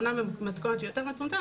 אומנם זה במתכונת יותר מצומצמת,